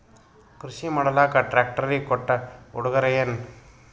ಕೃಷಿ ಮಾಡಲಾಕ ಟ್ರಾಕ್ಟರಿ ಕೊಟ್ಟ ಉಡುಗೊರೆಯೇನ?